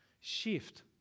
shift